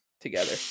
together